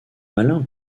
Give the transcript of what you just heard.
malin